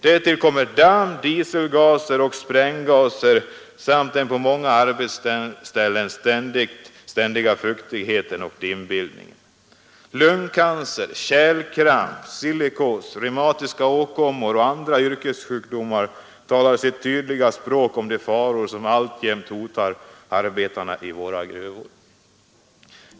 Därtill kommer damm, dieselgaser och spränggaser samt en på många arbetsställen ständigt förekommande fuktighet och dimbildning. Lungcancer, kärlkramp, silikos, reumatiska åkommor och andra yrkessjukdomar talar sitt tydliga språk om de faror som alltjämt hotar arbetarna i våra gruvor.